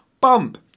Bump